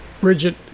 Bridget